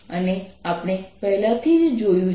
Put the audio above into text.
અને આપણે પહેલેથી જ જોયું છે કે